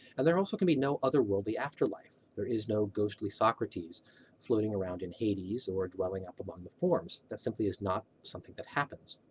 and there also can be no otherworldly afterlife. there is no ghostly socrates floating around in hades or dwelling up upon the forms. that simply is not something that happens.